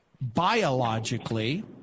biologically